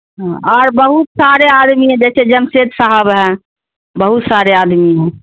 ہاں اور بہت سارے آدمی ہیں جیسے جمشید صاحب ہیں بہت سارے آدمی ہیں